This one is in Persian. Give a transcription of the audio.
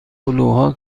هلوها